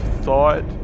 thought